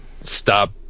stop